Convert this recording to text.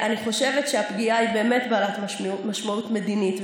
אני חושבת שהפגיעה היא באמת בעלת משמעות מדינית,